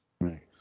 right